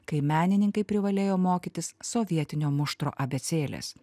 kai menininkai privalėjo mokytis sovietinio muštro abėcėlės